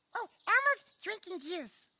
oh elmo's drinking juice.